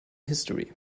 history